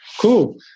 Cool